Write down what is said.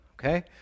Okay